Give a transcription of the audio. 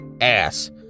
ass